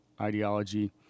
ideology